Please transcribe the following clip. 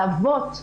לאבות,